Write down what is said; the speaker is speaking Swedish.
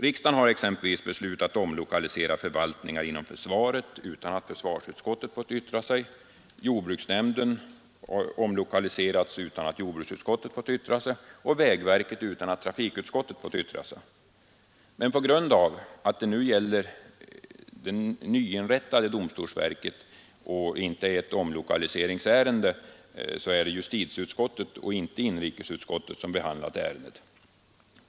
Riksdagen har exempelvis beslutat omlokalisera förvaltningar inom försvaret utan att försvarsutskottet fått yttra sig, jordbruksnämnden utan att jordbruksutskottet fått yttra sig och vägverket utan att trafikutskottet fått yttra sig. Men genom att det nu gäller det nyinrättade domstolsverket och det inte är fråga om ett omlokaliseringsärende, är det justitieutskottet och inte inrikesutskottet som svarat för behandlingen.